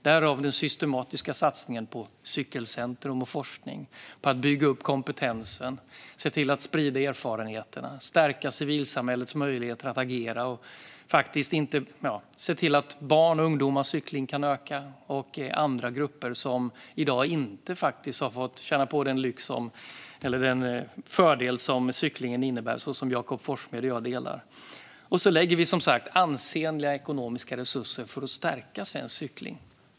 Därav den systematiska satsningen på Cykelcentrum och forskning, på att bygga upp kompetensen, sprida erfarenheterna, stärka civilsamhällets möjligheter att agera och se till att barns och ungdomars cykling kan öka liksom andra grupper som i dag inte har fått känna på den fördel som cyklingen innebär - en känsla som Jakob Forssmed och jag delar. Vi lägger ansenliga ekonomiska resurser för att stärka svensk cykling.